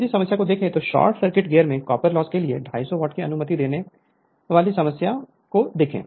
यदि समस्या को देखें तो शॉर्ट सर्किट गियर में कॉपर लॉस के लिए 250 वाट की अनुमति देने वाली समस्या को देखें